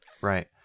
Right